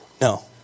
No